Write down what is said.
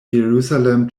jerusalem